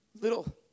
Little